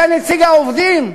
אתה נציג העובדים,